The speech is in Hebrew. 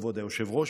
כבוד היושב-ראש,